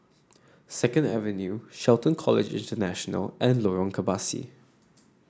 Second Avenue Shelton College International and Lorong Kebasi